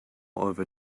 over